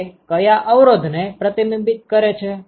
તે કયા અવરોધને પ્રતિબિંબિત કરે છે